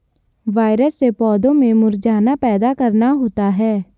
virus से पौधों में मुरझाना पैदा करना होता है